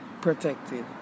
protected